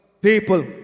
people